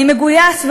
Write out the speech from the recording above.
אני מגויס,